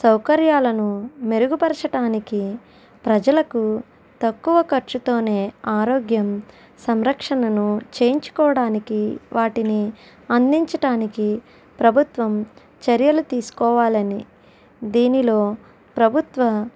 సౌకర్యాలను మెరుగుపరచటానికి ప్రజలకు తక్కువ ఖర్చుతోనే ఆరోగ్యం సంరక్షణను చేయించుకోడానికి వాటిని అందించటానికి ప్రభుత్వం చర్యలు తీసుకోవాలని దీనిలో ప్రభుత్వం